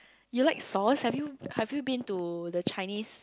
you like sauce have you have you been to the Chinese